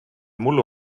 mullu